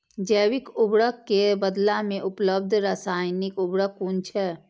जैविक उर्वरक के बदला में उपलब्ध रासायानिक उर्वरक कुन छै?